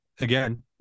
again –